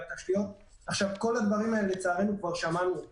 תשתיות אבל את כל הדברים האלה לצערנו כבר שמענו.